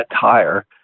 tire